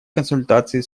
консультации